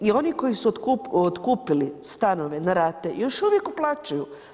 I oni koji su otkupili stanove na rate još uvijek uplaćuju.